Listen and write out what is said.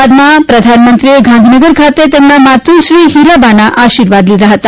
બાદમાં પ્રધાનમંત્રીએ ગાંધીનગર ખાતે તેમના માતૃશ્રી ફિરાબાના આશિર્વાદ લીધા હ્તા